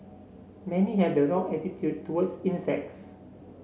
many have the wrong attitude towards insects